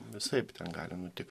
visaip ten gali nutik